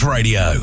Radio